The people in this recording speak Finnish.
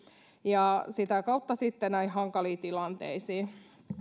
ja sitä kautta sitten näihin hankaliin tilanteisiin